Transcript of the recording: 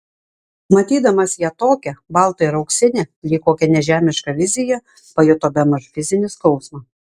matydamas ją tokią baltą ir auksinę lyg kokią nežemišką viziją pajuto bemaž fizinį skausmą